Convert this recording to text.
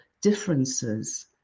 differences